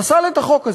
פסל את החוק הזה.